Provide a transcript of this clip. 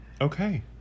okay